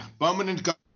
permanent